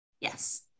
yes